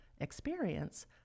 experience